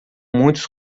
muitos